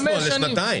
לשנתיים.